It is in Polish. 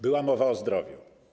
Była mowa o zdrowiu.